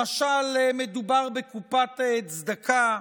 משל מדובר בקופת צדקה,